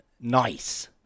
Nice